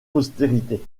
postérité